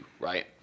right